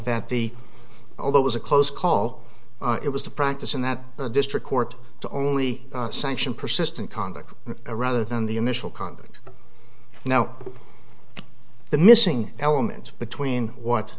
that the although it was a close call it was the practice in that district court to only sanction persistent conduct a rather than the initial conduct now the missing element between what